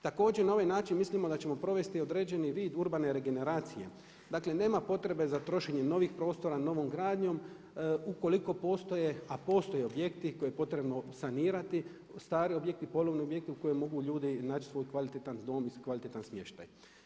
Također na ovaj način mislimo da ćemo provesti određeni vid urbane regeneracije, dakle nema potrebe za trošenjem novih prostora novom gradnjom, ukoliko postoje a postoje objekti koje je potrebno sanirati, stari objekti, ponovni objekti u koje mogu ljudi način svoj kvalitetan dom i kvalitetan smještaj.